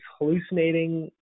hallucinating